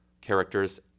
characters